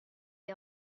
est